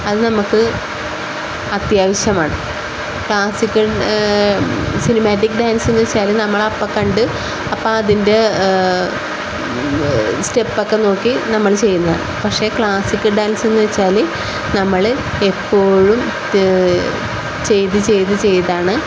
അത് നമുക്ക് അത്യാവശ്യമാണ് ക്ലാസിക്കൽ സിനിമാറ്റിക് ഡാൻസ് എന്ന് വെച്ചാല് നമ്മൾ അപ്പോൾ കണ്ട് അപ്പോൾ അതിൻ്റെ സ്റ്റെപ്പൊക്കെ നോക്കി നമ്മള് ചെയ്യുന്നു പക്ഷേ ക്ലാസിക്കൽ ഡാൻസ് എന്ന് വെച്ചാല് നമ്മള് എപ്പോഴും ചെയ്ത് ചെയ്ത് ചെയ്താണ്